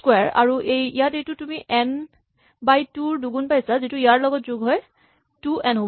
square আৰু ইয়াত এইটো তুমি এন বাই টু ৰ দুগুণ পাইছা যিটো ইয়াৰ লগত যোগ হৈ টু এন হ'ব